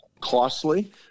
costly